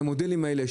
על המודלים האלה.